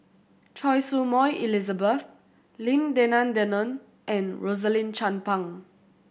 Choy Su Moi Elizabeth Lim Denan Denon and Rosaline Chan Pang